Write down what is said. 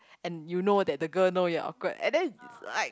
and you know that the girl know you're awkward and then it's like